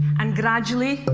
and gradually